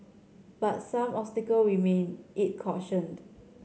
but some obstacles remain it cautioned